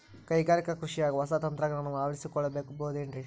ಕೈಗಾರಿಕಾ ಕೃಷಿಯಾಗ ಹೊಸ ತಂತ್ರಜ್ಞಾನವನ್ನ ಅಳವಡಿಸಿಕೊಳ್ಳಬಹುದೇನ್ರೇ?